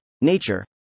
nature